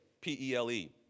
P-E-L-E